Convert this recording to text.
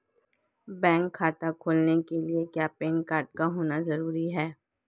Bank खाता खोलने के लिए क्या पैन कार्ड का होना ज़रूरी है?